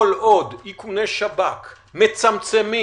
כל עוד איכוני שב"כ מצמצמים